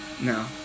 No